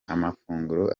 amafunguro